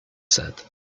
said